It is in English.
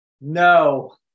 no